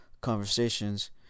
conversations